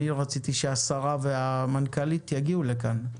אני רציתי שהשרה והמנכ"לית יגיעו לכאן,